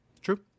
True